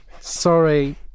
sorry